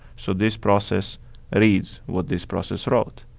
so this process reads what this process wrote.